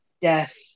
death